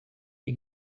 you